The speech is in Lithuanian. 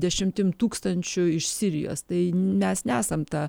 dešimtim tūkstančių iš sirijos tai mes nesam ta